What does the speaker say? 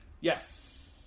Yes